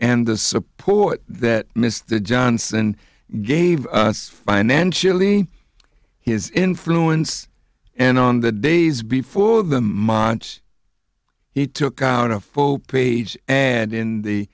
and the support that mr johnson gave us financially his influence and on the days before them monch he took out a full page and in the